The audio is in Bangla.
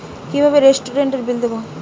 কিভাবে রেস্টুরেন্টের বিল দেবো?